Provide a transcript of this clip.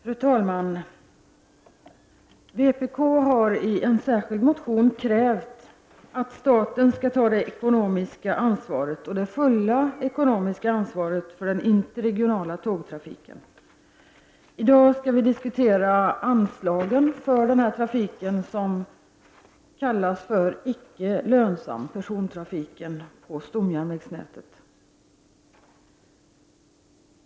Fru talman! Vpk har i en särskild motion krävt att staten skall ta det fulla ekonomiska ansvaret för den interregionala tågtrafiken. I dag skall vi diskutera anslagen för denna trafik, som kallas för den icke lönsamma persontrafiken på stomjärnvägsnätet.